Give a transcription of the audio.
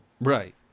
Right